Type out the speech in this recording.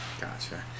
Gotcha